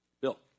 Bill